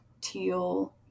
teal